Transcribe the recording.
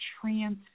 trans